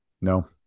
No